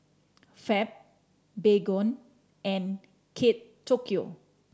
Fab Baygon and Kate Tokyo